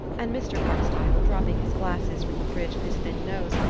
and mr. carstyle, dropping his glasses from the bridge of his thin nose,